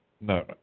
No